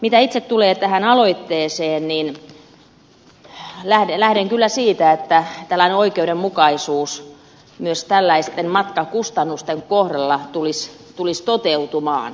mitä tulee tähän itse aloitteeseen niin lähden kyllä siitä että oikeudenmukaisuuden myös tällaisten matkakustannusten kohdalla tulisi toteutua